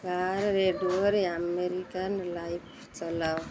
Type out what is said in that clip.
car ରେଡ଼ିଓରେ American life ଚଲାଅ